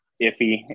iffy